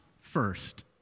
first